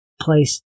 place